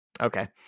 Okay